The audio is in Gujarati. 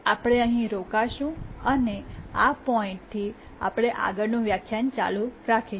આપણે અહીં રોકાઈશું અને આ પોઇન્ટ થી આપણે આગળનું વ્યાખ્યાન ચાલુ રાખીશું